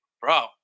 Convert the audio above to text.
bro